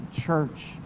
church